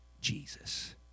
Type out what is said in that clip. Jesus